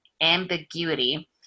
ambiguity